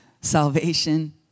salvation